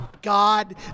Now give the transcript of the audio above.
god